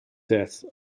death